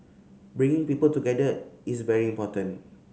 bringing people together is very important